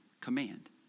command